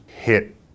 hit